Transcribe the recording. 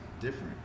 different